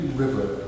river